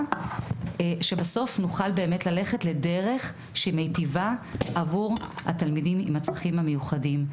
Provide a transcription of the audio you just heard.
יהיה אפשר ללכת לדרך שמיטיבה עבור התלמידים עם הצרכים המיוחדים.